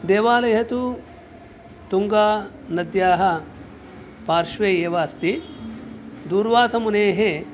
देवालयः तु तुङ्गानद्याः पार्श्वे एव अस्ति दूर्वासामुनेः